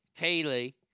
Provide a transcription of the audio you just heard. Kaylee